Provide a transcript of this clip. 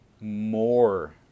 more